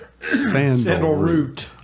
Sandalroot